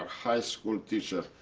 high school teacher.